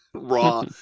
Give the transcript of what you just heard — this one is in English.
Raw